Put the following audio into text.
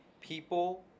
people